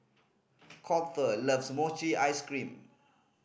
Colter loves mochi ice cream